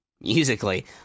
Musically